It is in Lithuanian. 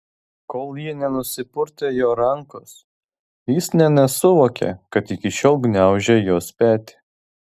kol ji nenusipurtė jo rankos jis nė nesuvokė kad iki šiol gniaužė jos petį